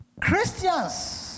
Christians